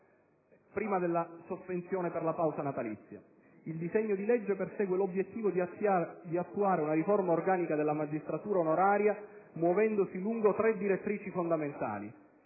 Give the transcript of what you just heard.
prima della sospensione natalizia. Il disegno di legge persegue l'obiettivo di attuare una riforma organica della magistratura onoraria, muovendosi lungo tre direttrici fondamentali: